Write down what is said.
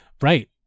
Right